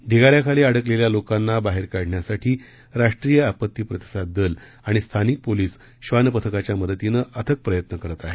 ढिगा याखाली अडकलेल्या लोकांना बाहेर काढण्यासाठी राष्ट्रीय आपत्ती प्रतिसाद दल आणि स्थानिक पोलीस श्वानपथकाच्या मदतीनं अथक प्रयत्न करत आहेत